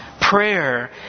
Prayer